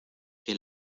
que